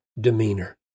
demeanor